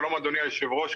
שלום אדוני היושב-ראש,